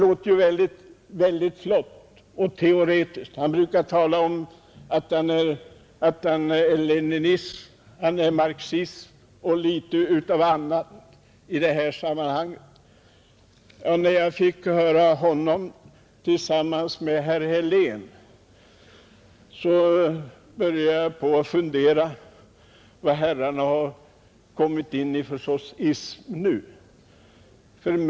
Vad han sagt låter flott och teoretiskt. Han brukar tala om att han är leninist, marxist och litet av varje i den vägen. När jag i dag fick höra honom argumentera tillsammans med herr Helén började jag fundera över vad herrarna har kommit in på för sorts ism nu.